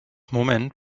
moment